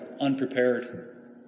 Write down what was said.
unprepared